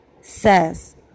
says